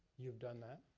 you've done that.